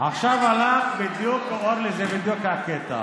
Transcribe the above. עכשיו, אורלי, זה בדיוק הקטע.